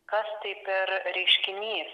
kas tai per reiškinys